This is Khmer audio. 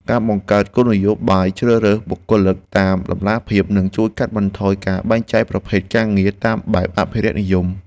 ការបង្កើតគោលនយោបាយជ្រើសរើសបុគ្គលិកដោយតម្លាភាពនឹងជួយកាត់បន្ថយការបែងចែកប្រភេទការងារតាមបែបអភិរក្សនិយម។